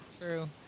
true